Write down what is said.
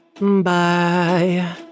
Bye